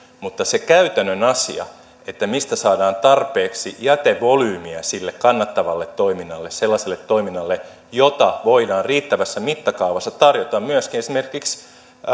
mutta se käytännön asia että mistä saadaan tarpeeksi jätevolyymiä sille kannattavalle toiminnalle sellaiselle toiminnalle jota voidaan riittävässä mittakaavassa tarjota myöskin esimerkiksi